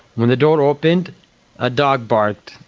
when the door opened a dog barked,